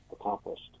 accomplished